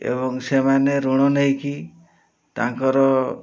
ଏବଂ ସେମାନେ ଋଣ ନେଇକି ତାଙ୍କର